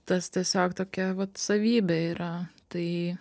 tas tiesiog tokia vat savybė yra tai